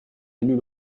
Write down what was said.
élus